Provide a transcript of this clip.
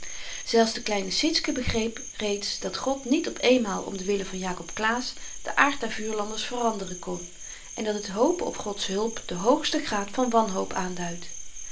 zelfs de kleine sietske begreep reeds dat god niet op eenmaal om den wille van jakob claesz den aard der vuurlanders veranderen kon en dat het hopen op gods hulp den hoogsten graad van wanhoop aanduidt